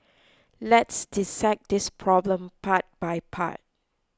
let's dissect this problem part by part